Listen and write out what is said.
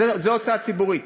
זו הוצאה ציבורית.